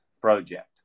project